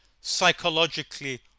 psychologically